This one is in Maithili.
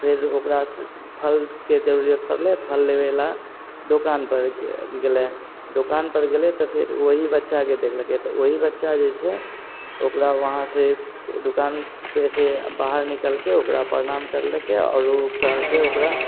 फेर ओकरासँ फलके जरूरत पड़लै फल लेबेलए दोकानपर गेलै दोकानपर गेलै तऽ फेर वएह बच्चाके देखलकै तऽ वएह बच्चा जे छै ओकरा वहाँसँ दोकानपरसँ बाहर निकलिकऽ ओकरा परनाम करलकै आओर कहलकै ओकरा